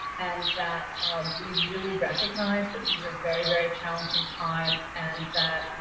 and that we really recognize that these are very, very challenging times and that,